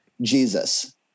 Jesus